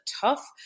tough